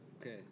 Okay